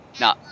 No